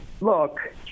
look